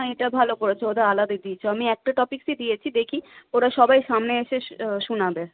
হ্যাঁ এটা ভালো করেছো ওদের আলাদা দিয়েছ আমি একটা টপিকসই দিয়েছি দেখি ওরা সবাই সামনে এসে শোনাবে